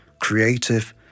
creative